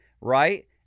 right